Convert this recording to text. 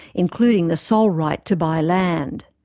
including the sole right to buy land.